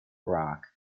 rock